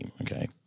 okay